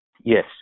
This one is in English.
Yes